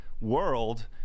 world